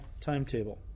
timetable